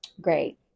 Great